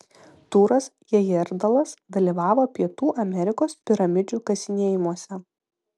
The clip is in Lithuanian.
tūras hejerdalas dalyvavo pietų amerikos piramidžių kasinėjimuose